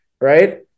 Right